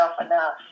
enough